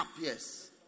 Yes